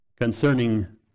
concerning